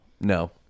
No